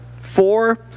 Four